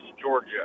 Georgia